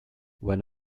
when